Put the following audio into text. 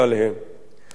על היישובים האלה